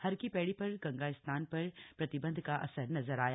हरकी पैड़ी पर गंगा स्नान पर प्रतिबंध का असर नजर आया